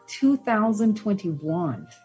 2021